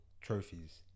trophies